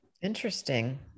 Interesting